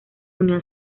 unión